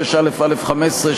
6א(א)(15),